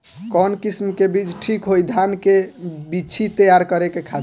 कवन किस्म के बीज ठीक होई धान के बिछी तैयार करे खातिर?